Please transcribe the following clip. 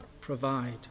provide